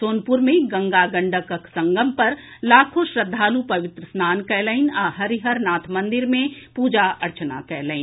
सोनपुर मे गंगा गंडकक संगम पर लाखो श्रद्दालु पवित्र स्नान कयलनि आ हरिहरनाथ मंदिर मे पूजा अर्चना कयलनि